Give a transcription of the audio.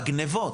גניבות.